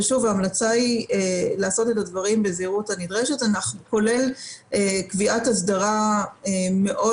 ושוב ההמלצה היא לעשות את הדברים בזהירות הנדרשת כולל קביעת הסדרה מאוד